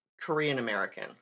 Korean-American